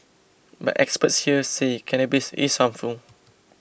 but experts here say cannabis is harmful